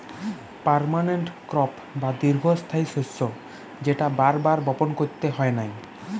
permanent crop বা দীর্ঘস্থায়ী শস্য যেটা বার বার বপণ কইরতে হয় নাই